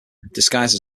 disguised